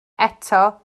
eto